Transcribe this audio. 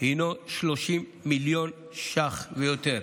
הוא 30 מיליון שקל ויותר.